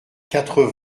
quatre